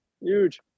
Huge